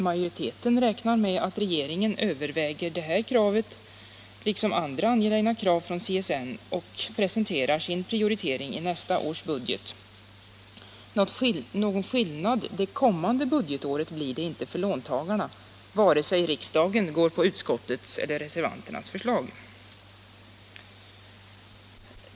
Majoriteten räknar med att regeringen överväger detta liksom andra angelägna krav från CSN och presenterar sin prioritering i nästa års budget. Någon skillnad det kommande budgetåret blir det inte för låntagarna —- vare sig riksdagen går på utskottets eller på reservanternas förslag.